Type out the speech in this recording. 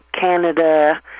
Canada